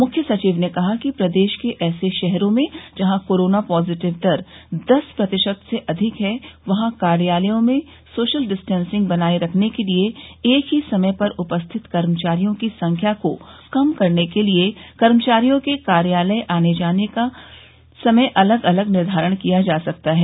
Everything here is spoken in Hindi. मुख्य सचिव ने कहा कि प्रदेश के ऐसे शहरों में जहां कोरोना पॉजटिव दर दस प्रतिशत से अधिक है वहां कार्यालयों में सोशल डिस्टेंसिंग बनाये रखने के लिए एक ही समय पर उपस्थित कर्मचारियों की संख्या को कम करने के लिए कर्मचारियों के कार्यालय आने के अलग अलग समय का निर्धारण किया जा सकता है